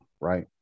right